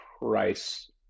price